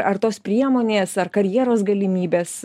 ar tos priemonės ar karjeros galimybės